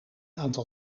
aantal